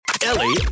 Ellie